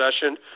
session